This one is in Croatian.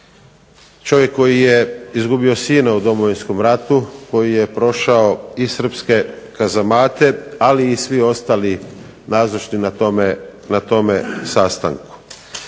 čovjek koji je izgubio sina u Domovinskom ratu, koji je prošao i srpske kazamate, ali i svi ostali nazočni na tome sastanku.